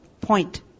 point